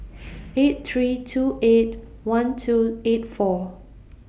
eight three two eight one two eight four